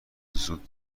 زود